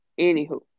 anywho